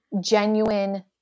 genuine